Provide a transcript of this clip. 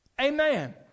Amen